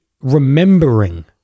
remembering